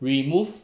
remove